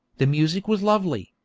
the music was lovely,